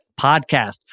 podcast